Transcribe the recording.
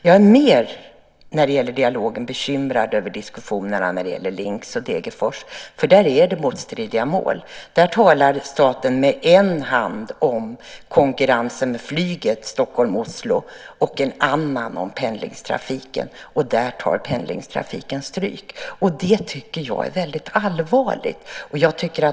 Jag är mer bekymrad över dialogen när det gäller diskussionerna om Linx och Degerfors, för där är det motstridiga mål. Där talar staten å ena sidan om konkurrensen med flyget Stockholm-Oslo och å andra sidan om pendlingstrafiken. Där tar pendlingstrafiken stryk. Jag tycker att det är väldigt allvarligt.